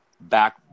back